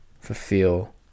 fulfill